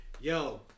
yo